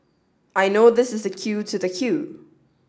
I know this is the queue to the queue